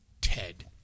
Ted